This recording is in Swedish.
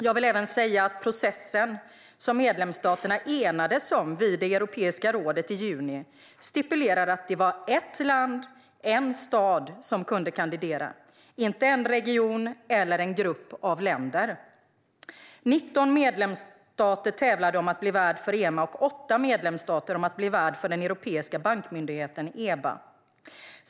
Jag vill även säga att processen som medlemsstaterna enades om vid Europeiska rådet i juni stipulerar att det var ett land/en stad som kunde kandidera, inte en region eller en grupp av länder. 19 medlemsstater tävlade om att bli värd för EMA och 8 medlemsstater om att bli värd för Europeiska bankmyndigheten, EBA.